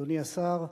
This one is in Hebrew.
אדוני השר,